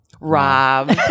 Rob